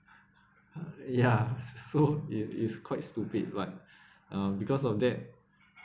ya so it is quite stupid but uh because of that